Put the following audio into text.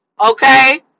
okay